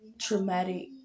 traumatic